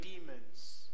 demons